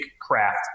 craft